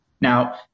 Now